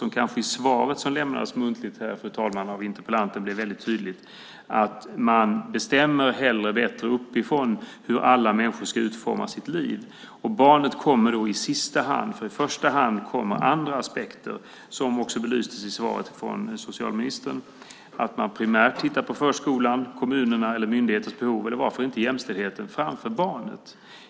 I interpellantens inlägg här blev det väldigt tydligt att man anser att man bestämmer bättre uppifrån hur alla människor ska utforma sina liv. Barnet kommer då i sista hand, för i första hand kommer andra aspekter som också belystes i svaret från socialministern - att man primärt tittar på förskolans, kommunernas eller myndigheternas behov, eller varför inte på jämställdheten, framför barnets behov.